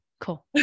cool